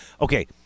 Okay